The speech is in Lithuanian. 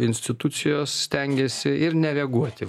institucijos stengiasi ir nereaguoti